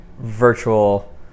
virtual